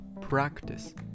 Practice